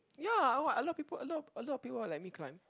ya what a lot of people a lot of people will let me climb